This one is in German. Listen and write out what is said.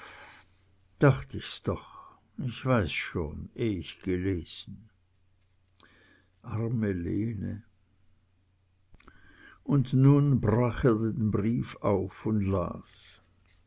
dacht ich's doch ich weiß schon eh ich gelesen arme lene und nun brach er den brief auf und las